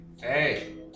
hey